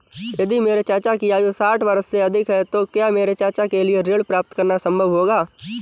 यदि मेरे चाचा की आयु साठ वर्ष से अधिक है तो क्या मेरे चाचा के लिए ऋण प्राप्त करना संभव होगा?